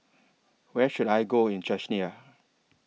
Where should I Go in Czechia